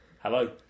Hello